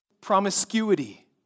promiscuity